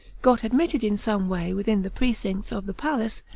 got admitted in some way within the precincts of the palace,